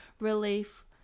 relief